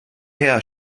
her